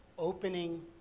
opening